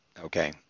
okay